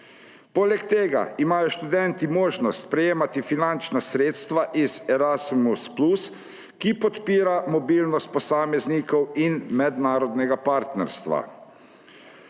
Poleg tega imajo študenti možnost prejemati finančna sredstva iz Erasmus+, ki podpira mobilnost posameznikov in mednarodnega partnerstva.